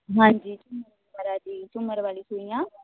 ਹਾਂਜੀ ਝੂਮਰ ਐ ਜੀ ਝੂਮਰ ਵਾਲੀ ਸੂਈਆਂ